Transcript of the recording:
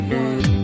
one